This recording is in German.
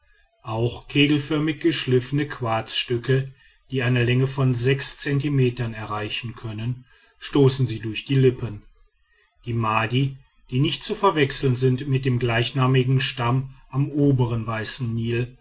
auch kegelförmig geschliffene quarzstücke die eine länge von sechs zentimetern erreichen können stoßen sie durch die lippen die madi die nicht zu verwechseln sind mit dem gleichnamigen stamm am obern weißen nil